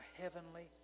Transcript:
heavenly